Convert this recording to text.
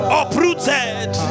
uprooted